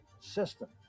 system